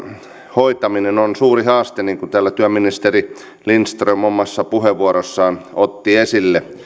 hoitaminen on suuri haaste niin kuin täällä työministeri lindström omassa puheenvuorossaan otti esille